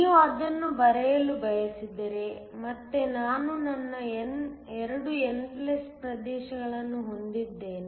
ನೀವು ಅದನ್ನು ಬರೆಯಲು ಬಯಸಿದರೆ ಮತ್ತೆ ನಾನು ನನ್ನ 2 n ಪ್ರದೇಶಗಳನ್ನು ಹೊಂದಿದ್ದೇನೆ